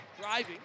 driving